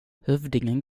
hövdingen